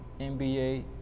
NBA